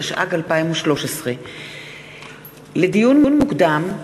התשע"ג 2013. לדיון מוקדם: